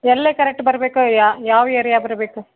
ಎಲ್ಲೆ ಕರೆಕ್ಟ್ ಬರಬೇಕು ಯಾವ ಯಾವ ಏರ್ಯಾ ಬರಬೇಕು